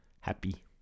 happy